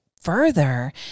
further